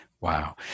Wow